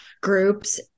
groups